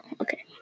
okay